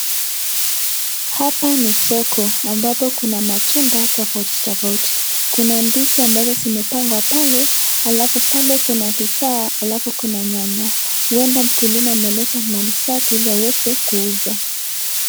Hapa ni soko ambapo kuna matunda tofauti tofauti. Kuna ndizi ambazo zimepangwa pale alafu pale kuna vifaa na nyanya, naona mkulima ameleta mali zake ili kuuza.